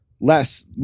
Less